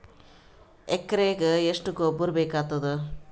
ಎಕರೆಗ ಎಷ್ಟು ಗೊಬ್ಬರ ಬೇಕಾಗತಾದ?